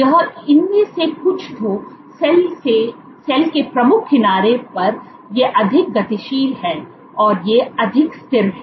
यह इनमें से कुछ तो सेल के प्रमुख किनारे पर ये अधिक गतिशील हैं और ये अधिक स्थिर हैं